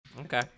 Okay